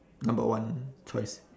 number one choice